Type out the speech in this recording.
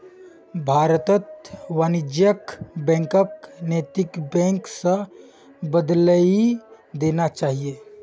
भारतत वाणिज्यिक बैंकक नैतिक बैंक स बदलइ देना चाहिए